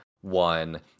one